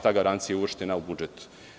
Ta garancija je uvrštena u budžet.